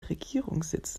regierungssitz